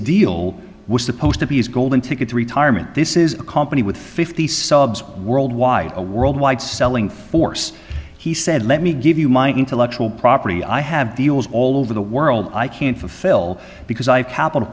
deal was supposed to be his golden ticket to retirement this is a company with fifty subs worldwide a worldwide selling force he said let me give you my intellectual property i have deals all over the world i can't fulfill because i have capital